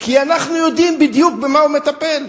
כי אנחנו יודעים בדיוק במה הוא מטפל.